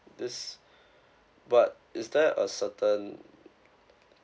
this but is there a certain